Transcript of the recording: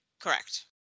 Correct